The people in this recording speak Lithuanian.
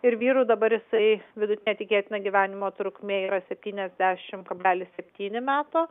ir vyrų dabar jisai vidutinė tikėtina gyvenimo trukmė yra septyniasdešimt kablelis septyni meto